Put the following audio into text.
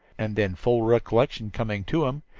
and then, full recollection coming to him,